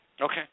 Okay